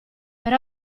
per